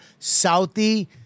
Southie